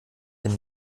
dem